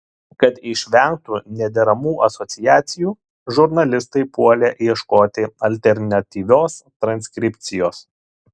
kad išvengtų nederamų asociacijų žurnalistai puolė ieškoti alternatyvios transkripcijos